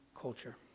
culture